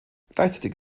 gleichzeitig